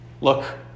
Look